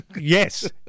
Yes